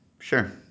Sure